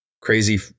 crazy